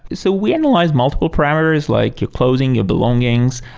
so we analyze multiple parameters, like your clothing, your belongings,